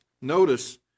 notice